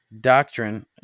doctrine